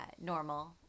normal